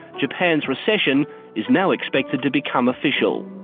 japan's recession is now expected to become official.